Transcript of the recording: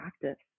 practice